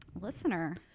listener